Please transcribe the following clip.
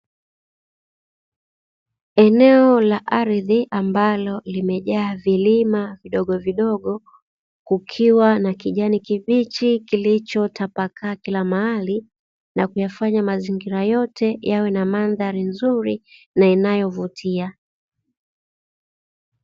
Eneo la ardhi ambalo limejaa vilima vidogovidogo kukiwa na kijani kibichi, kilichotapakaa kila mahali na kuyafanya mazingira yote yawe na mandhari nzuri na inayovutia.